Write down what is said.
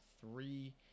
three